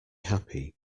happy